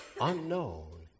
unknown